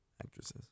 actresses